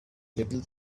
little